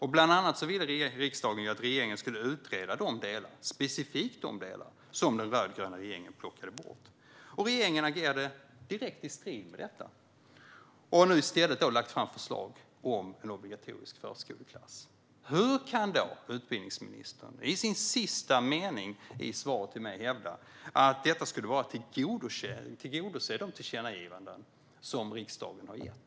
Bland annat ville ju riksdagen att regeringen skulle utreda specifikt de delar som den rödgröna regeringen plockade bort, och regeringen agerade direkt i strid med detta. Nu har den i stället lagt fram förslag om en obligatorisk förskoleklass. Hur kan utbildningsministern i den sista meningen i sitt svar till mig hävda att detta skulle vara att tillgodose de tillkännagivanden som riksdagen har gjort?